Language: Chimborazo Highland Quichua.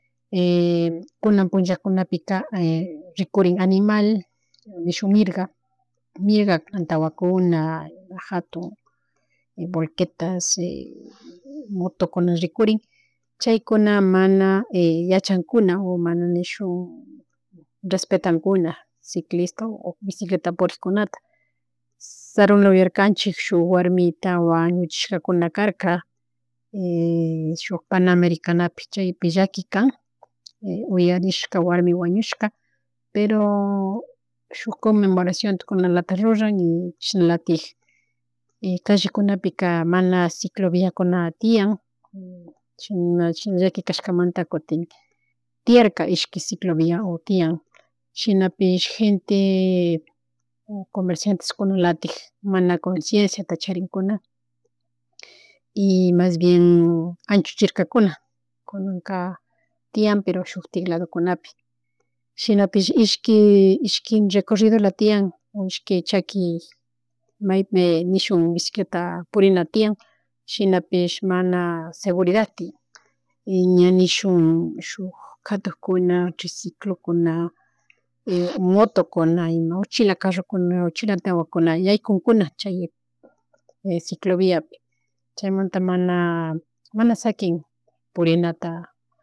Kuna punllakunapika rikurin animal nishun mirga, mirga antawakuna jatun volquetas motokuna rikurin chaykuna mana yachankunao mana nishun respetankuna cicllista o bicicleta purikkunata. Sarunla uyarkanchik shuk warmita wañuchishkakunakarka y shuk panamerikanapi chaypi llaki kan uyarishka wami wañushka pero shuk conmemoraciòntukunalata ruran y chishna tiyak y callekunapi mana ciclo viakuna tian shina llakikashkamanta kutin tiyarka ishki ciclo via o tiyan o shinapish gente o comercianteskunalatik mana concienciata charinkuna y mas bien anchuchirkakuna kunanaka tiyan pero shukti ladukunapi shinapish ishki recorridola tiyan o ishki chaki maypi nishuk bicicleta purina tiya shinapish mana seguridad tiyan y ña nishun shuk katukkuna triciclokuna motokuna ima uchila carrokuna uchila antawankuna yaykunkuna chay cicliviapi chaymunta man mana shakin purinata